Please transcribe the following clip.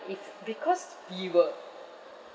if because we were